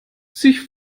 sich